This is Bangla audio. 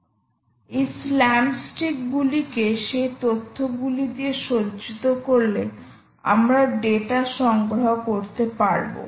এই স্ল্যাম স্টিক গুলিকে সেই তথ্যগুলি দিয়ে সজ্জিত করলে আমরা ডেটা সংগ্রহ করতে পারব